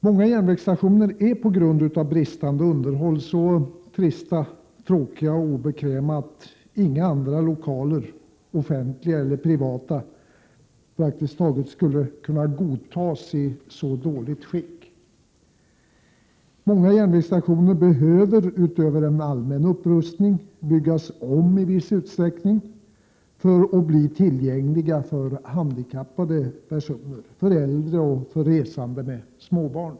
Många järnvägsstationer är på grund av brist på underhåll så trista, tråkiga och obekväma att praktiskt taget inga andra lokaler, varken offentliga eller privata, skulle kunna godtas i ett så dåligt skick. Många järnvägsstationer behöver, utöver en allmän upprustning, byggas om i viss utsträckning för att bli tillgängliga för handikappade, äldre samt resande med småbarn.